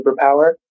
superpower